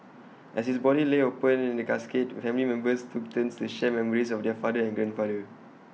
as his body lay open casket family members took turns to share memories of their father and grandfather